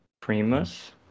Primus